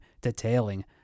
detailing